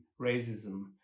racism